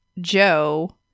Joe